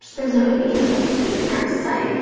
there's no way we can avoid being a part of society.